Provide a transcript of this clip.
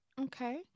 okay